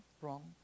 wrong